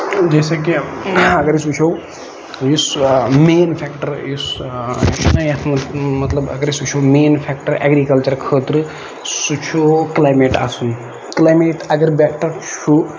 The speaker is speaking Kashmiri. جیسے کہِ اَگر أسۍ وٕچھو یُس مین فیکٹر یُس اَسہِ چھُ نہ یَتھ منٛز مطلب اَگر أسۍ وٕچھو مین فیکٹر اٮ۪گرِکَلچر خٲطرٕ سُہ چھُ کٔلایمیٹ آسُن کٔلایمیٹ اَگر بہتر چھُ